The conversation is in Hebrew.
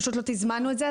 אנחנו פשוט לא תזמנו את זה,